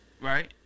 Right